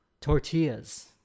Tortillas